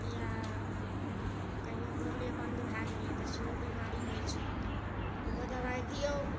या कहियो गोबरे बन्द भए गेलै तऽ सेहो बीमारी होइ छै ओहो दबाइ दियौ